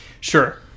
Sure